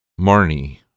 Marnie